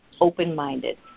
open-minded